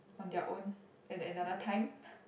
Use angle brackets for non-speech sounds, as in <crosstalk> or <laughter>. on their own at another time <breath>